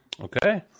Okay